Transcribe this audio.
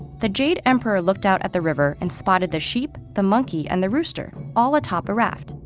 the jade emperor looked out at the river and spotted the sheep, the monkey, and the rooster all atop a raft,